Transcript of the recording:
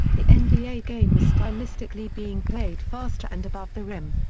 the and nba game was stylistically being played faster and above the rim.